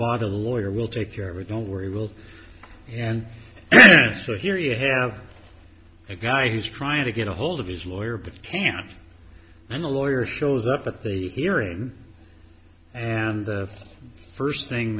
bother the lawyer will take care of it don't worry we'll and so here you have a guy who's trying to get a hold of his lawyer but can't find a lawyer shows up at the hearing and the first thing